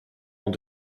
want